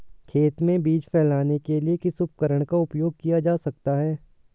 खेत में बीज फैलाने के लिए किस उपकरण का उपयोग किया जा सकता है?